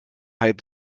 halb